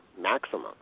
maximum